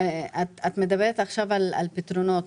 את מדברת עכשיו על פתרונות,